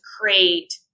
create